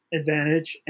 advantage